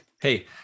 Hey